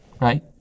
right